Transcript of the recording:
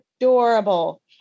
adorable